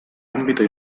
ámbito